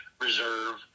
Reserve